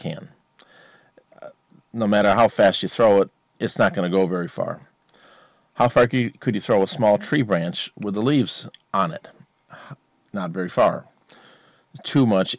can no matter how fast you throw it it's not going to go very far how far could you throw a small tree branch with the leaves on it not very far to much